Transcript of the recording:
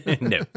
no